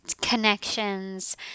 connections